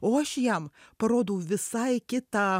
o aš jam parodau visai kitą